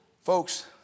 Folks